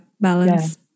balance